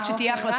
רק שתהיה החלטה.